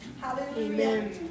Hallelujah